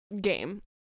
game